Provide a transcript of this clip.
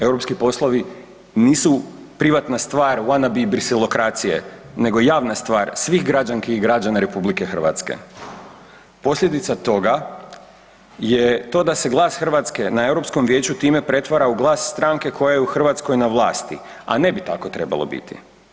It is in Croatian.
Europski poslovi nisu privatna stvar wanna be briselokracije nego javna stvar svih građanki i građana RH. posljedica toga je to da se glas Hrvatske na Europskom vijeću time pretvara u glas stranke koja je u Hrvatskoj na vlasti, a ne bi tako trebalo biti.